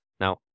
Now